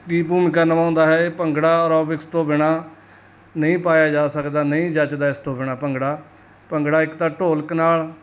ਕੀ ਭੂਮਿਕਾ ਨਿਭਾਉਂਦਾ ਹੈ ਇਹ ਭੰਗੜਾ ਐਰੋਬਿਕਸ ਤੋਂ ਬਿਨਾਂ ਨਹੀਂ ਪਾਇਆ ਜਾ ਸਕਦਾ ਨਹੀਂ ਜੱਚਦਾ ਇਸ ਤੋਂ ਬਿਨਾਂ ਭੰਗੜਾ ਭੰਗੜਾ ਇੱਕ ਤਾਂ ਢੋਲਕ ਨਾਲ